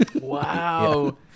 wow